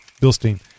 Bilstein